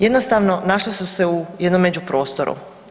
Jednostavno našli su se u jednom međuprostoru.